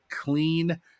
clean